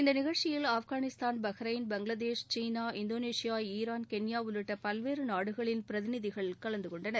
இந்த நிகழ்ச்சியில் Afghanistan Bahrain Bangladesh China Indonesia Iran Kenya உள்ளிட்ட பல்வேறு நாடுகளின் பிரதிநிதிகள் கலந்துகொண்டனர்